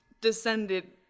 descended